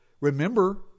Remember